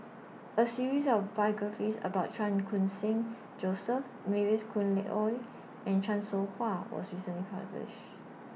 A series of biographies about Chan Khun Sing Joseph Mavis Khoo Oei and Chan Soh Ha was recently published